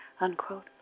unquote